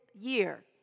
year